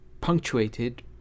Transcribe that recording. punctuated